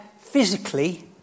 physically